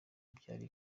byari